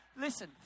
listen